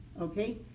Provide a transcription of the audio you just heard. okay